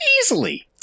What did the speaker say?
easily